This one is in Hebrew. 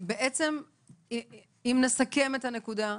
אם נסכם את הנקודה,